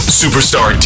superstar